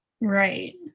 Right